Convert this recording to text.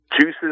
juices